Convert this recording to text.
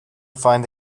find